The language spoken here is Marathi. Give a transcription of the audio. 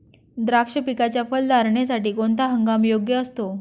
द्राक्ष पिकाच्या फलधारणेसाठी कोणता हंगाम योग्य असतो?